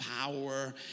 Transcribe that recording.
power